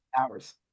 hours